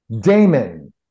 Damon